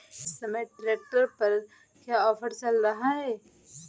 इस समय ट्रैक्टर पर क्या ऑफर चल रहा है?